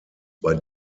bei